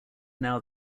now